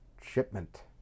shipment